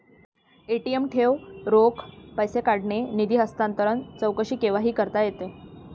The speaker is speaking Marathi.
ए.टी.एम ठेव, रोख पैसे काढणे, निधी हस्तांतरण, चौकशी केव्हाही करता येते